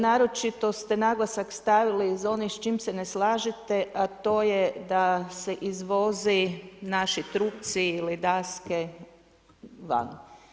Naročito ste naglasak stavili za ono s čim se ne slažete a to je da se izvoze naši trupci ili daske van.